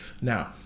now